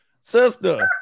Sister